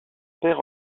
père